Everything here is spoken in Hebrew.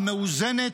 המאוזנת,